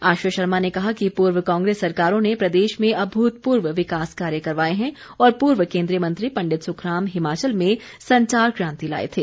आश्रय शर्मा ने कहा कि पूर्व कांग्रेस सरकारों ने प्रदेश में अभूतपूर्व विकास कार्य करवाए हैं और पूर्व केन्द्रीय मंत्री पंडित सुखराम हिमाचल में संचार क्रांति लाए थे